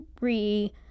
re